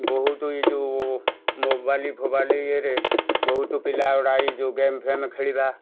ବହୁତ ଇଏ ଯେଉଁ ମୋବାଇଲ୍ଫୋବାଇଲ୍ ଇଏରେ ବହୁତୁ ପିଲା ଗୁଡା ଇଏ ଯଉ ଗେମ୍ଫେମ୍ ଖେଳିବା